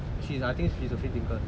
she's I think she's a free thinker